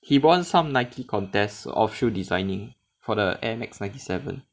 he won some Nike contest of shoe designing for the Air Max 97